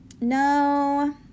No